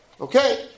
Okay